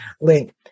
link